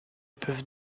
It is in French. peuvent